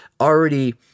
already